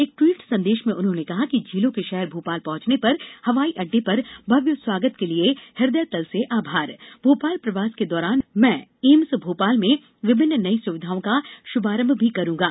एक ट्विट संदेश में उन्होंने कहा कि झीलों के शहर भोपाल पहुंचने पर हवाई अड्डे पर भव्य स्वागत के लिए हृदयतल से आभार भोपाल प्रवास के दौरान मैं एम्स भोपाल में विभिन्न नई सुविधाओं का श्भारंभ भी करूंगा